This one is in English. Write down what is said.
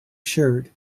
shirt